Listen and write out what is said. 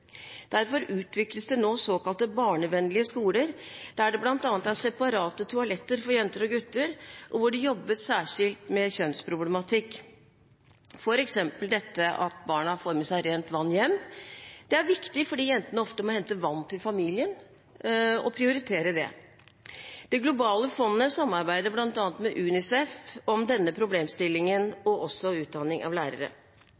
Derfor utvikles det nå såkalt barnevennlige skoler, der det bl.a. er separate toaletter for jenter og gutter, og hvor det jobbes særskilt med kjønnsproblematikk, f.eks. det at barna får med seg rent vann hjem. Det er viktig å prioritere det fordi jentene ofte må hente vann til familien. Det globale fondet samarbeider bl.a. med UNICEF om denne problemstillingen og også om utdanning av lærere.